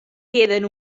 queden